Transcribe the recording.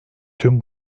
tüm